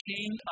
King